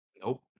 Nope